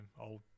Old